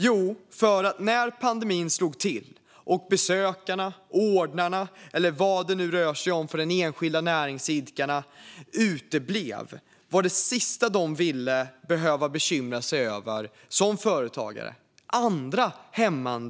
Jo, för att när pandemin slog till och besökarna, ordrarna eller vad det nu rör sig om för den enskilda näringsidkaren uteblev var andra hämmande orsaker det sista som de som företagare ville behöva bekymra sig över.